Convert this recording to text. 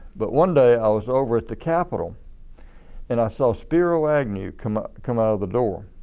but one day, i was over at the capitol and i saw spiro agnew come come out of the door.